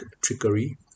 trickery